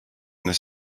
this